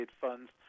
funds